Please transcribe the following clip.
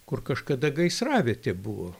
kur kažkada gaisravietė buvo